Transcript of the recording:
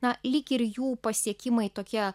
na lyg ir jų pasiekimai tokie